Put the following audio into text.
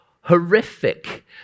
horrific